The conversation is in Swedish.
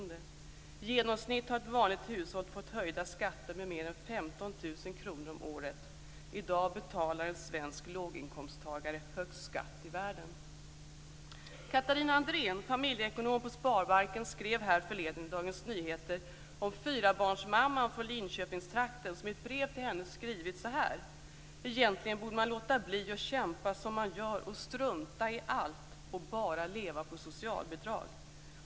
I genomsnitt har ett vanligt hushåll fått höjda skatter med mer än 15 000 kronor om året. I dag betalar en svensk låginkomsttagare högst skatt i världen. Catharina Andréen, familjeekonom på Sparbanken, skrev härförleden i Dagens Nyheter om fyrabarnsmamman från Linköpingstrakten som i ett brev till henne skrivit: "Egentligen borde man låta bli att kämpa som man gör och strunta i allt och bara leva på socialbidrag.